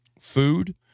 Food